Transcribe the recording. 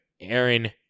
Aaron